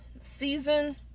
season